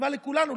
חשובה לכולנו,